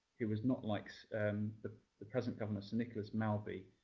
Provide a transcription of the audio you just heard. he was not like the the present governor, sir nicholas malby,